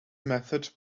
method